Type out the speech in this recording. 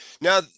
Now